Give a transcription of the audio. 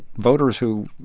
voters who,